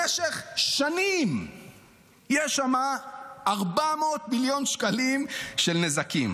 במשך שנים יש שם 400 מיליון שקלים של נזקים